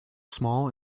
small